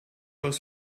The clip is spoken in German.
aus